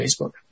Facebook